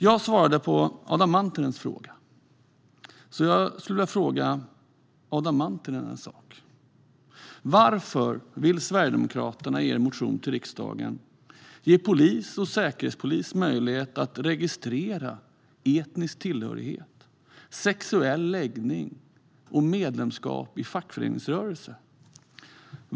Jag svarade på Adam Marttinens fråga, så jag skulle vilja fråga Adam Marttinen en sak. Varför vill Sverigedemokraterna i sin motion till riksdagen ge polis och säkerhetspolis möjlighet att registrera etnisk tillhörighet, sexuell läggning och medlemskap i fackföreningsrörelse?